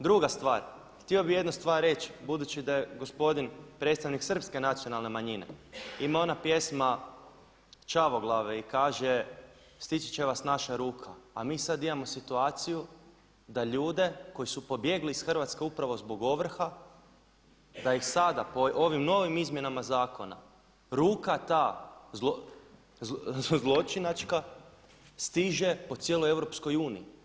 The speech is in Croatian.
Druga stvar, htio bih jednu stvar reći budući da je gospodin predstavnik srpske nacionalne manjine ima ona pjesma Čavoglave i kaže: „Stići će vas naša ruka“, a mi sad imamo situaciju da ljude koji su pobjegli iz Hrvatske upravo zbog ovrha da ih sada po ovim novim izmjenama zakona ruka ta zločinačka stiže po cijeloj EU.